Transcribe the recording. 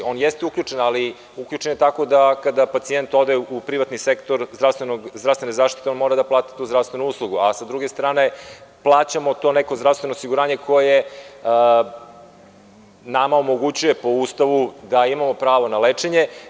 On jeste uključen, ali uključen je tako da kada pacijent ode u privatni sektor zdravstvene zaštite, on mora da plati tu zdravstvenu uslugu, a s druge strane plaćamo to neko zdravstveno osiguranje koje nama omogućuje po Ustavu da imamo pravo na lečenje.